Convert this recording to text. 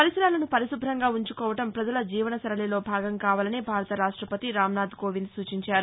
పరిసరాలను పరిశుభ్రంగా ఉంచుకోవడం పజల జీవన సరళిలో భాగం కావాలని భారత రాష్టపతి రామ్నాథ్ కోవింద్ సూచించారు